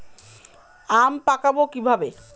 আম পাকাবো কিভাবে?